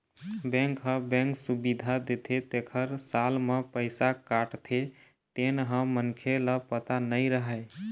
bank ह bank सुबिधा देथे तेखर साल म पइसा काटथे तेन ह मनखे ल पता नइ रहय